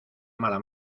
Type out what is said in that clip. mala